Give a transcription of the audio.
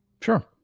Sure